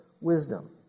wisdom